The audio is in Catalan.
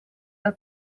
del